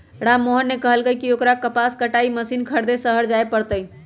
राममोहन ने कहल कई की ओकरा कपास कटाई मशीन खरीदे शहर जाय पड़ तय